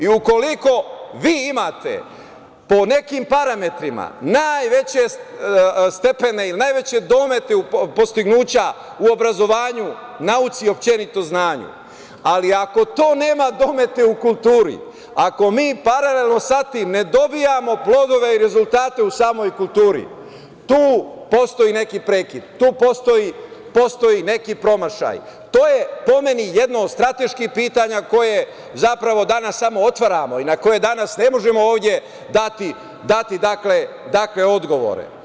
Ukoliko vi imate po nekim parametrima najveće stepene, ili najveće domete u dostignuća u obrazovanju, nauci uopšte znanju, ali ako to nema domete u kulturi, ako mi paralelno sa tim ne dobijamo plodove i rezultate u samoj kulturi tu postoji neki prekid, tu postoji neki promašaj, to je po meni jedno od strateških pitanja koje zapravo danas samo otvaramo i na koje danas ne možemo ovde dati odgovore.